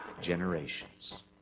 generations